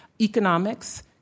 economics